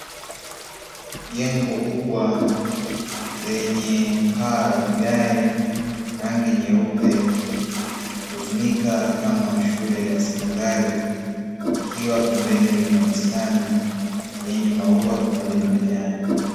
Jengo kubwa lenye paa la vigae rangi nyeupe, hutumika kama shule ya sekondari ikiwa pembeni lina bustani yenye maua pamoja majani.